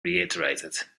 reiterated